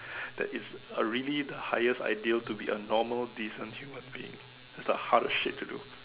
that is a really the highest ideal to be a normal decent human being it's the hardest shit to do